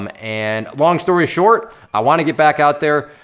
um and long story short, i wanna get back out there,